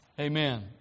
Amen